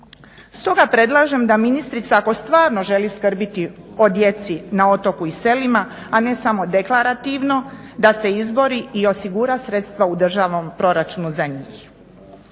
Stoga predlažem da ministrica ako stvarno želi skrbiti o djeci na otoku i selima a ne samo deklarativno da se izbori i osigura sredstva u državnom proračunu za njih.